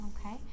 Okay